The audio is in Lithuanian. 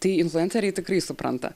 tai influenceriai tikrai supranta